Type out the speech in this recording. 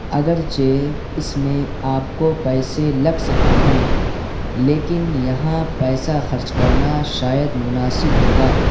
اگرچہ اس میں آپ کو پیسے لگ سکتے ہیں لیکن یہاں پیسہ خرچ کرنا شاید مناسب ہوگا